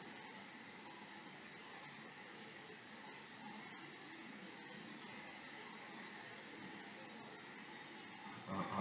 uh uh